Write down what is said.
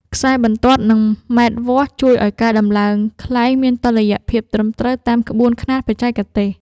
ខ្សែបន្ទាត់ និងម៉ែត្រវាស់ ជួយឱ្យការដំឡើងខ្លែងមានតុល្យភាពត្រឹមត្រូវតាមក្បួនខ្នាតបច្ចេកទេស។